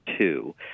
Two